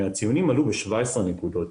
הציונים עלו ב-17 נקודות.